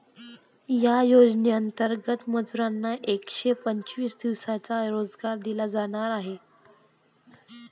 या योजनेंतर्गत मजुरांना एकशे पंचवीस दिवसांचा रोजगार दिला जाणार आहे